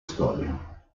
storia